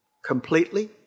Completely